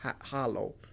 hollow